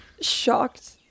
shocked